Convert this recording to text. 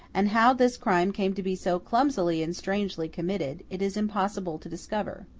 and how this crime came to be so clumsily and strangely committed, it is impossible to discover.